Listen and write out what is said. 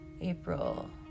April